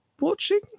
watching